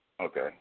Okay